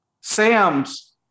Sam's